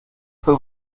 fue